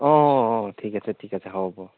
অঁ অঁ অঁ ঠিক আছে ঠিক আছে হ'ব